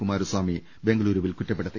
കുമാരസ്വാമി ബെംഗളുരുവിൽ കുറ്റ പ്പെടുത്തി